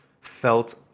felt